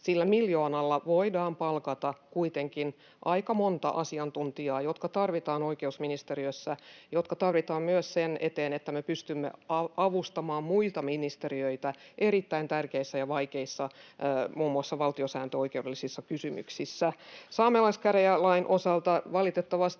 Sillä miljoonalla voidaan palkata kuitenkin aika monta asiantuntijaa, jotka tarvitaan oikeusministeriössä, jotka tarvitaan myös siihen, että me pystymme avustamaan muita ministeriöitä muun muassa erittäin tärkeissä ja vaikeissa valtiosääntöoikeudellisissa kysymyksissä. Saamelaiskäräjälain osalta valitettavasti,